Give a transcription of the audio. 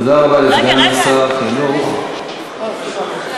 תודה רבה לסגן שר החינוך, רגע, רגע.